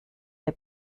der